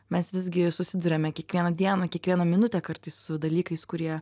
mes visgi susiduriame kiekvieną dieną kiekvieną minutę kartais su dalykais kurie